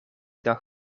dag